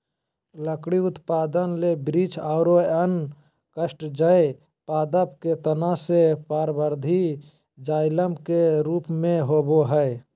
लकड़ी उत्पादन ले वृक्ष आरो अन्य काष्टजन्य पादप के तना मे परवर्धी जायलम के रुप मे होवअ हई